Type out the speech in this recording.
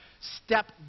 step